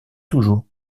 toujours